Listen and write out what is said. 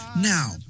Now